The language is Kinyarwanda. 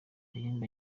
kayumba